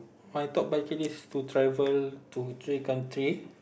my top bucket list to travel to three country